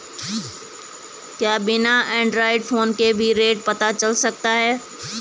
क्या बिना Android phone के भी रेट पता चल सकता है?